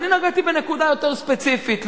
ואני נגעתי בנקודה יותר ספציפית,